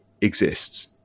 exists